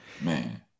man